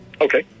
Okay